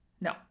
no